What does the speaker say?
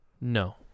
No